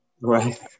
Right